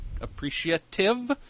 appreciative